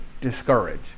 discourage